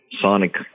sonic